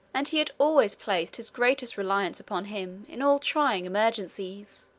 and he had always placed his greatest reliance upon him in all trying emergencies.